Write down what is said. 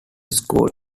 school